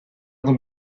them